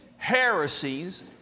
heresies